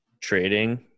trading